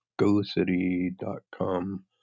gocity.com